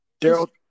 Daryl